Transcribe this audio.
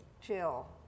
Jill